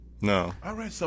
No